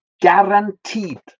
guaranteed